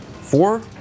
Four